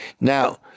Now